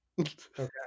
Okay